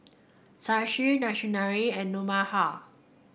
Shashi Naraina and Manohar